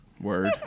Word